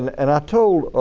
and i told